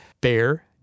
bear